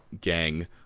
gang